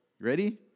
ready